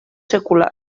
secular